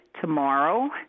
tomorrow